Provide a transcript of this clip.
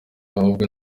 ahubwo